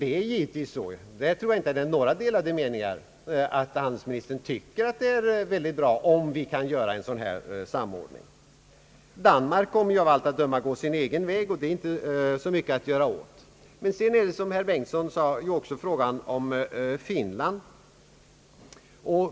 Jag tror inte att det finns några delade meningar om att handelsministern tycker att det är bra om vi kan åstadkomma en sådan här samordning. Danmark kommer av allt att döma att gå sin egen väg, och det är inte så mycket att göra åt det. Så har vi, som herr Bengtson nämnde, frågan om Finland.